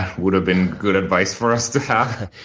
would have been good advice for us to have.